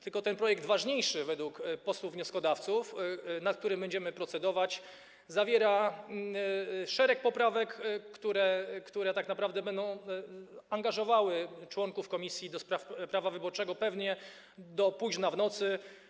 Tylko ten projekt ważniejszy według posłów wnioskodawców, nad którym będziemy procedować, zawiera szereg poprawek, które tak naprawdę będą angażowały członków komisji do spraw prawa wyborczego pewnie do późna w nocy.